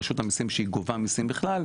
רשות המיסים כשהיא גובה מיסים בכלל,